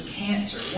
cancer